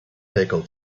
pickle